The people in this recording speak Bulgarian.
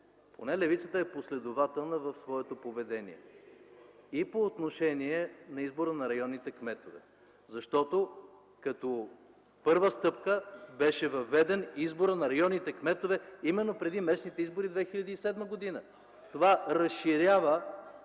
поне левицата е последователна в своето поведение по отношение на избора на районните кметове, защото като първа стъпка беше въведен изборът на районните кметове именно преди местните избори 2007 г. (Реплики